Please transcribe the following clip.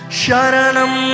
Sharanam